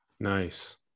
Nice